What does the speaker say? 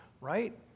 Right